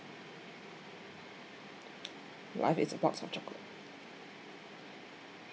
life is a box of chocolate